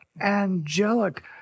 angelic